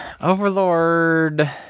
Overlord